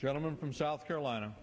gentleman from south carolina